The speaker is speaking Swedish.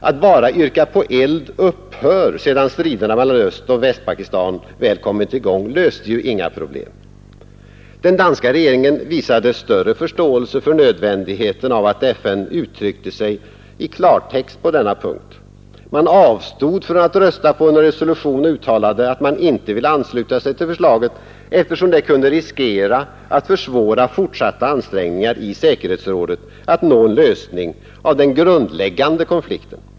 Att bara yrka på eld upphör, sedan striderna mellan Östoch Västpakistan väl kommit i gång, löste ju inga problem. Den danska regeringen visade större förståelse för nödvändigheten av att FN uttryckte sig i klartext på denna punkt. Man avstod från att rösta på en resolution och uttalade att man inte ville ansluta sig till förslaget eftersom det kunde riskera att försvåra fortsatta ansträngningar i säkerhetsrådet att nå en lösning av den grundläggande konflikten.